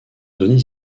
données